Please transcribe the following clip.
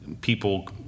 people